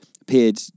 appeared